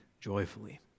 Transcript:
joyfully